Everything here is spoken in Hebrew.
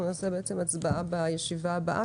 אנחנו נעשה הצבעה בישיבה הבאה.